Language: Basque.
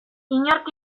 inork